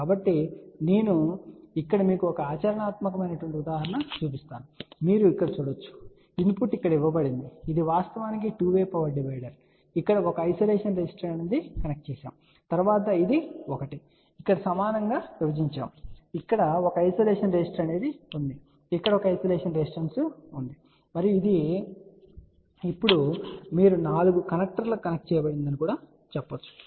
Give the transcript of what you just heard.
కాబట్టి నేను ఇక్కడ మీకు ఒక ఆచరణాత్మక ఉదాహరణను చూపించబోతున్నాను మరియు మీరు ఇక్కడ చూడగలరు ఇన్పుట్ ఇక్కడ ఇవ్వబడింది ఇది వాస్తవానికి 2 వే పవర్ డివైడర్ ఇక్కడ ఒక ఐసోలేషన్ రెసిస్టెన్స్ కనెక్ట్ చేయబడింది మరియు తరువాత ఇది ఒకటి ఇక్కడ సమానంగా విభజించబడింది మరియు ఇక్కడ ఒక ఐసోలేషన్ రెసిస్టెన్స్ ఉంది ఇక్కడ ఒక ఐసోలేషన్ రెసిస్టెన్స్ ఉంది మరియు ఇది ఇప్పుడు మీరు 4 కనెక్టర్లకు కనెక్ట్ చేయబడిందని చెప్పవచ్చు